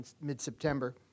mid-September